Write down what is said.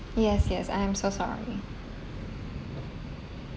yes yes I am so sorry